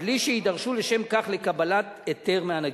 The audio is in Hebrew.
בלי שיידרשו לשם כך לקבלת היתר מהנגיד.